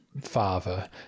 father